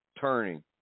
turning